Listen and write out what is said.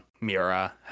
Mira